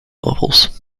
levels